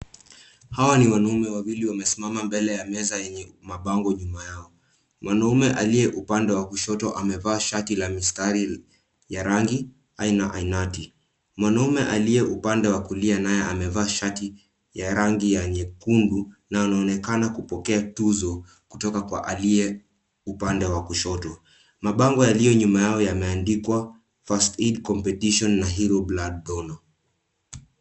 Hawa ni wanaume wawili wamesimama mbele ya meza, yenye mabango nyuma yao. Mwanaume aliye upande wa kushoto amevaa shati la mistari ya rangi aina ainati. Mwanaume aliye upande wa kulia naye amevaa shati ya rangi ya rangi ya nyekundu, na anaonekana kupokea tuzo, kutoka kwa aliye upande wa kushoto. Mabango yaliyo nyuma yao yameandikwa First Aid Competition na Hero blood donor .